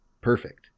Perfect